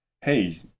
Hey